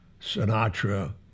Sinatra